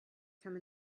come